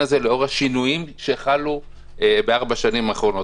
הזה לאור השינויים שחלו בארבע השנים האחרונות.